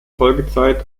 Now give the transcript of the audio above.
folgezeit